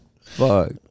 fuck